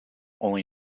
only